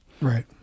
Right